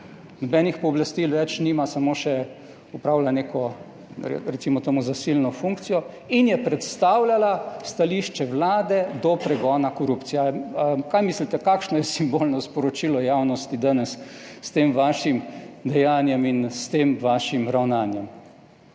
Nobenih pooblastil več nima, samo še opravlja neko, recimo temu zasilno funkcijo, in je predstavljala stališče vlade do pregona korupcije. Kaj mislite, kakšno je simbolno sporočilo javnosti danes s tem vašim dejanjem in s tem vašim ravnanjem?